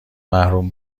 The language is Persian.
محروم